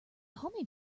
homemade